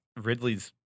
Ridley's